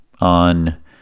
on